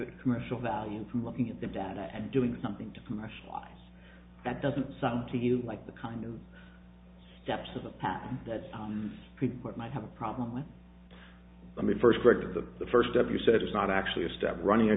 the commercial value to looking at the data and doing something to commercialize that doesn't sound to you like the kind of steps of a patent that sounds good but might have a problem with i mean first grader the the first step you said is not actually a step running a